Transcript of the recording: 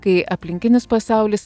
kai aplinkinis pasaulis